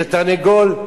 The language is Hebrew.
זה תרנגול.